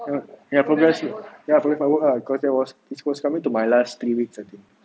what ya progress work ya progress of my work ah cause I was it was coming to the last three weeks I think